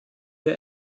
wir